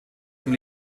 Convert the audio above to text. dem